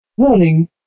Warning